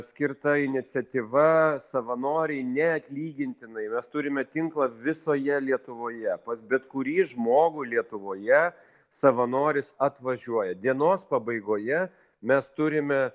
skirta iniciatyva savanoriai neatlygintinai mes turime tinklą visoje lietuvoje pas bet kurį žmogų lietuvoje savanoris atvažiuoja dienos pabaigoje mes turime